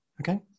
Okay